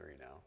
now